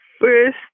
first